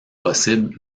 possibles